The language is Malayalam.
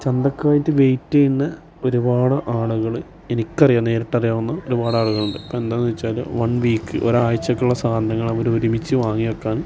ചന്തക്കായിട്ട് വെയ്റ്റ് ചെയ്യുന്ന ഒരുപാട് ആളുകള് എനിക്കറിയാവുന്ന നേരിട്ട് അരിയാകുന്ന ഒരുപാട് ആളുകളുണ്ട് എന്താന്ന് വെച്ചാൽ വൺ വീക്ക് ഒരാഴ്ചക്കുള്ള സാധനങ്ങള് അവരൊരുമിച്ച് വാങ്ങിയേക്കാൻ